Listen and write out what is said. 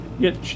get